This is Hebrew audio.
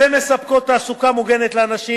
ומספקות תעסוקה מוגנת לאנשים,